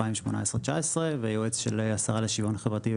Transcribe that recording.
2018-2019 והיועץ של השרה לשוויון חברתי וגמלאים,